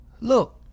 Look